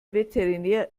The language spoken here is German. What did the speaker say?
veterinär